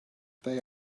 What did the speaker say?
they